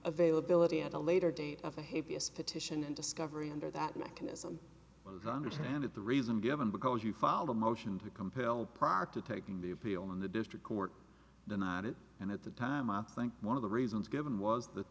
availability at a later date of the heaviest petition and discovery under that mechanism understand it the reason given because you file the motion to compel prior to taking the appeal in the district court denied it and at the time i think one of the reasons given was that